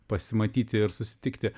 pasimatyti ir susitikti